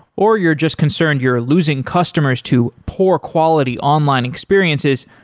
or you're just concerned you're losing customers to poor quality online experiences,